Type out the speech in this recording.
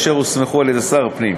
אשר הוסמכו על-ידי שר הפנים,